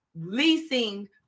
leasing